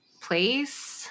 place